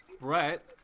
Brett